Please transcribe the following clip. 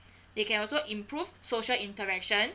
they can also improve social interaction